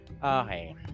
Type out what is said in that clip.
Okay